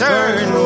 Turn